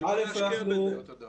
בשביל מה להשקיע בזה?